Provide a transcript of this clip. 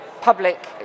public